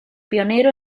pionero